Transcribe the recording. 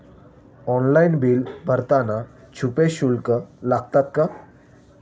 Online bill भरताना छुपे शुल्क लागतात का?